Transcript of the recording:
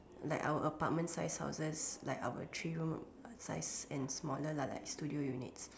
like our apartment sized houses like our three room size and smaller lah studio units